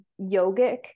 yogic